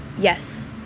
yes